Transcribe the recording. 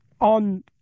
on